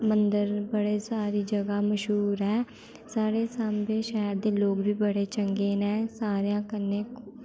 मंदर बड़ी सारी जगह मश्हूर ऐ साढ़े सांबै शैह्र दे लोग बी बड़ा चंगे न सारें कन्नै